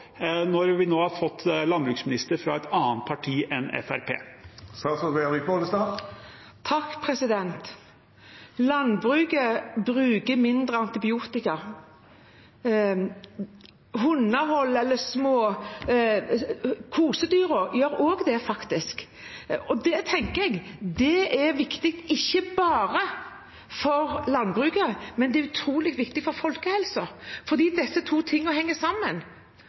når vi nå har fått en landbruksminister fra et annet parti enn Fremskrittspartiet? Landbruket bruker mindre antibiotika. Hunder, smådyr – kosedyr – gjør faktisk også det. Det tenker jeg er viktig, ikke bare for landbruket. Det er også utrolig viktig for folkehelsa. Disse to tingene henger sammen.